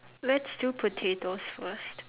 let's do potatoes first